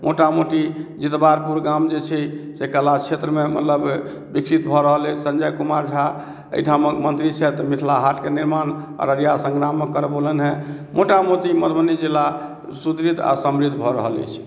मोटा मोटी जितवारपुर गाम जे छै से कला क्षेत्रमे मतलब विकसित भऽ रहल अइ संजय कुमार झा एहिठामके मन्त्री मिथिला हाटके निर्माण अररिया संग्राममे करबौलत हँ मोटा मोटी मधुबनी जिला सुदृढ़ आओर समृद्ध भऽ रहल अछि